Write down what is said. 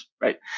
right